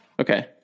Okay